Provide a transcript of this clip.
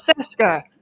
Seska